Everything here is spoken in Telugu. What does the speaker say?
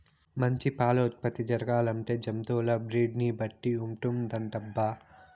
మంచి పాల ఉత్పత్తి జరగాలంటే జంతువుల బ్రీడ్ ని బట్టి ఉంటుందటబ్బా